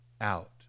out